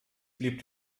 blieb